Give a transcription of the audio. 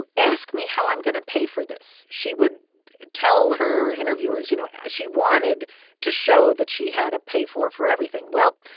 ah ask me how i'm going to pay for this. she would tell her interviewers you know, yeah she wanted to show that she had a pay-for for everything well,